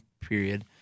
period